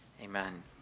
Amen